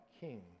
king